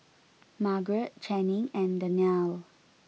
Margarette Channing and Danniel